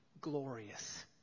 glorious